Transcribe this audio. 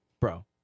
bro